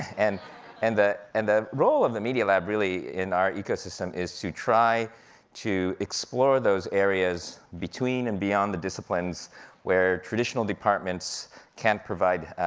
and and the and the role of the media lab, really, in our ecosystem, is to try to explore those areas between and beyond the disciplines where traditional departments can't provide